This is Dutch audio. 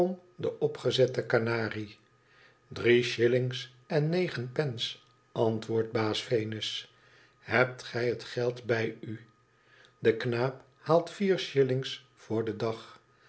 den opgezetten kanarie drie shillings en negen pence antwoordt baas venus hebt gij het geld bij n de knaap haalt vier shillings voor den dag